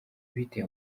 bite